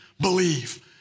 believe